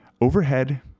overhead